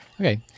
Okay